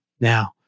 Now